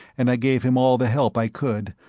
and i gave him all the help i could,